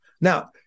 Now